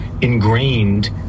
ingrained